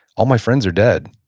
all my friends are dead.